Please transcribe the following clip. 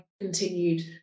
continued